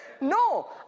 No